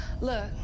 look